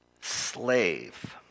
slave